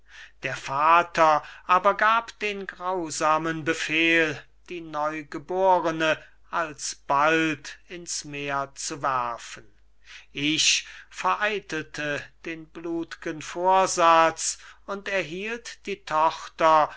der vater aber gab den grausamen befehl die neugeborene alsbald ins meer zu werfen ich vereitelte den blut'gen vorsatz und erhielt die tochter